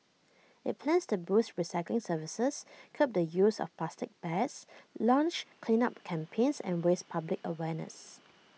IT plans to boost recycling services curb the use of plastic bags launch cleanup campaigns and raise public awareness